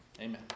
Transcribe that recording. amen